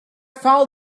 foul